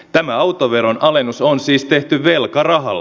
tämä autoveron alennus on siis tehty velkarahalla